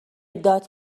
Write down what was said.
داد